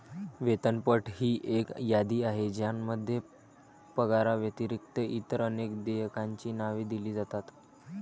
वेतनपट ही एक यादी आहे ज्यामध्ये पगाराव्यतिरिक्त इतर अनेक देयकांची नावे दिली जातात